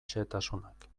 xehetasunak